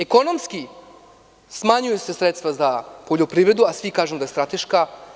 Ekonomski smanjuju se sredstva za poljoprivredu, a svi kažemo da je strateška.